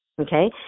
Okay